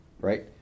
right